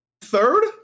Third